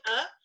up